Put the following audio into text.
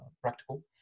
practical